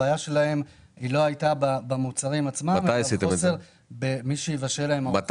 הבעיה שלהם לא הייתה במוצרים עצמם אלא חוסר במי שיבשל להם ארוחה חמה.